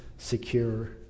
secure